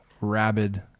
rabid